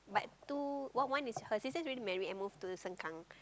but two one one is her sister's already married and move to Sengkang